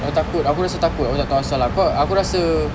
aku takut aku rasa takut tak tahu asal aku rasa